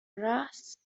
رآس